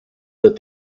that